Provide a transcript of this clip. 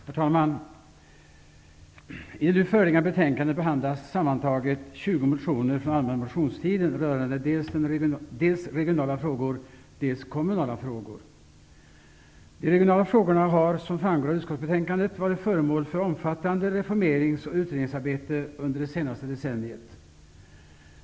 Herr talman! I det nu föreliggande betänkandet behandlas sammantaget 20 motioner från den allmänna motionstiden rörande dels regionala frågor, dels kommunala frågor. De regionala frågorna har, som framgår av utskottsbetänkandet, varit föremål för omfattande reformerings och utredningsarbete under det senaste decenniet.